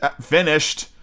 finished